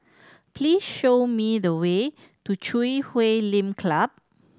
please show me the way to Chui Huay Lim Club